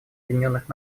объединенных